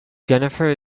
jennifer